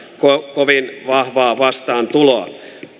kovin kovin vahvaa vastaantuloa